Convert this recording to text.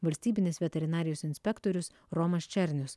valstybinis veterinarijos inspektorius romas černius